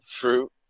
Fruit